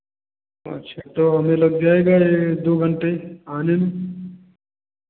अच्छा तो हमें लग जाएगा ये दो घंटे आने में